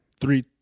Three